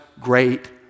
great